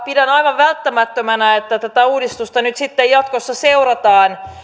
pidän aivan välttämättömänä että tätä uudistusta nyt sitten jatkossa seurataan